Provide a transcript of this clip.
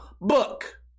book